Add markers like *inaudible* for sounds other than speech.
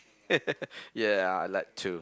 *laughs* yeah I like too